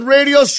Radio